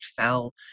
fell